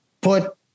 put